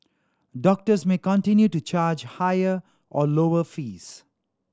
doctors may continue to charge higher or lower fees